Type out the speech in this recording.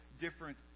different